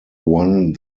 one